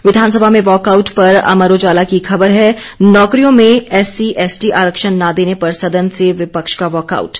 विधानसभा में वॉकआट पर अमर उजाला की खबर है नौकरियों में एससीएसटी आरक्षण न देने पर सदन से विपक्ष का वॉकआउट